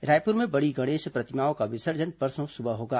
रायपुर में बड़ी गणेश प्रतिमाओं का विसर्जन परसों सुबह होगा